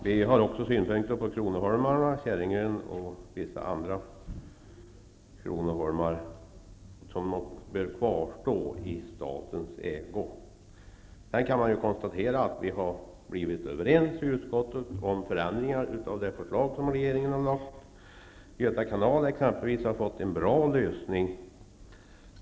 Vi har också synpunkter vad gäller Kronoholmarna, Käringön och vissa andra kronoholmar, som vi tycker bör kvarstå i statens ägo. Man kan konstatera att vi har blivit överens i utskottet om förändringar i det förslag som regeringen lagt fram. Göta kanal har exempelvis fått en bra lösning.